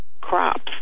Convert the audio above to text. crops